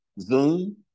Zoom